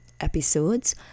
episodes